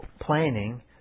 planning